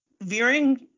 Veering